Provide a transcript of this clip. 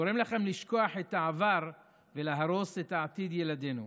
גורם לכם לשכוח את העבר ולהרוס את עתיד ילדינו?